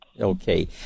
Okay